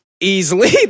easily